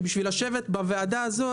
בשביל לשבת בוועדה הזו,